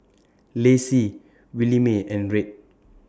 Lacey Williemae and Red